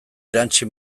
erantsi